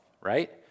right